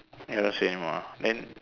ya I don't say anymore then